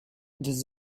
does